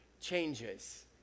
changes